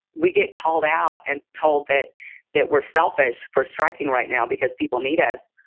we get called out and told that that we're selfish for striking right now because people need us.